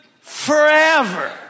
forever